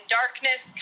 darkness